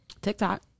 TikTok